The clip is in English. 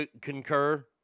concur